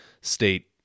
state